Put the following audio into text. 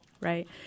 right